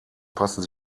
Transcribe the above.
passen